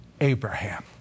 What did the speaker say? Abraham